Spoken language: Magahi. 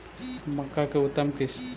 मक्का के उतम किस्म?